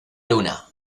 luna